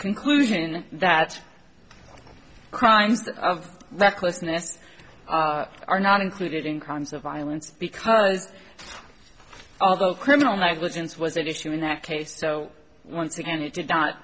conclusion that crimes of recklessness are not included in crimes of violence because although criminal negligence was an issue in that case so once again you did not